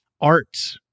art